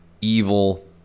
evil